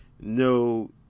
no